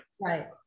Right